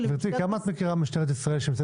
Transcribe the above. כמה את מכירה את משטרת ישראל שנמצאת